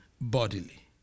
bodily